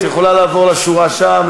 את יכולה לעבור לשורה שם,